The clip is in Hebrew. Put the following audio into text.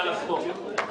מינהל הספורט.